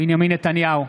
בנימין נתניהו,